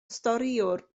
storïwr